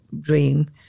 dream